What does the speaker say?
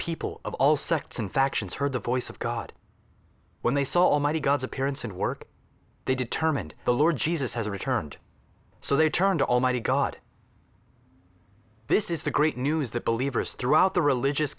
people of all sects and factions heard the voice of god when they saw almighty god's appearance and work they determined the lord jesus has returned so they turn to almighty god this is the great news that believers throughout the religious